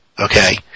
Okay